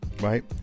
right